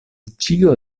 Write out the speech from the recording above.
ĉio